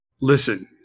Listen